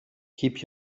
keep